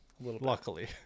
luckily